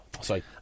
Sorry